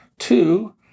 Two